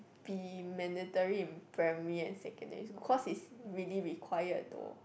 be mandatory in primary and secondary school cause is really required though